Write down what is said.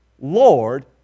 Lord